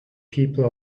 people